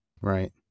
right